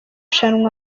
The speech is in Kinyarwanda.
shuri